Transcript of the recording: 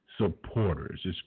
supporters